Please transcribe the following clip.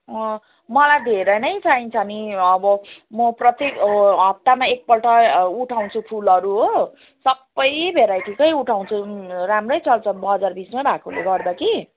मलाई धेरै नै चाहिन्छ नि अब म प्रत्येक ह हप्तामा एक पल्ट उठाउँछु फुलहरू हो सब भेराइटीको उठाउँछु राम्रो चल्छ बजार बिचमा भएकोले गर्दा कि